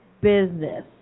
business